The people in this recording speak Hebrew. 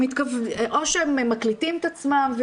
או שהם מקליטים את עצמם,